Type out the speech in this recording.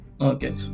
Okay